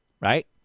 right